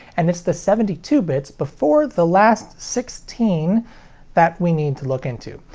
and it's the seventy two bits before the last sixteen that we need to look into.